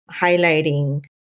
highlighting